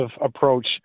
approach